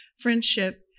friendship